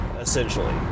essentially